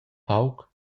pauc